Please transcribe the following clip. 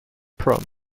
promise